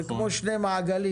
זה כמו שני מעגלים,